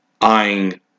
eyeing